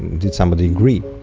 did somebody agree?